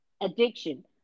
addiction